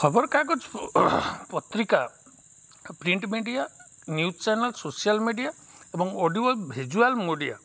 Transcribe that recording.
ଖବରକାଗଜ ପତ୍ରିକା print media news channel social media ଏବଂ ଅଡ଼ିଓ ଭିଜୁଆଲ୍ ମିଡ଼ିଆ